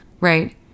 right